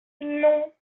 non